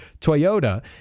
Toyota